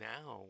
Now